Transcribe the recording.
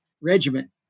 regiment